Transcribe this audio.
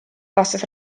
vastas